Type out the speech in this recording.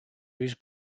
used